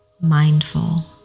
Mindful